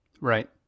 Right